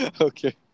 Okay